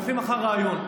הולכים אחר רעיון,